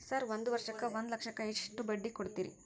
Sir ಒಂದು ವರ್ಷಕ್ಕ ಒಂದು ಲಕ್ಷಕ್ಕ ಎಷ್ಟು ಬಡ್ಡಿ ಕೊಡ್ತೇರಿ?